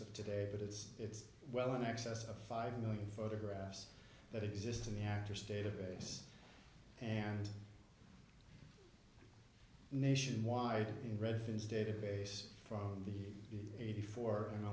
of today but it's it's well in excess of five million photographs that exist in the actor's database and nationwide in red fins database from the eighty four